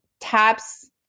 taps